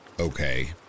Okay